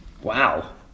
wow